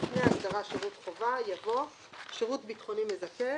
לפני ההגדרה "שירות חובה" יבוא: ""שירות ביטחוני מזכה"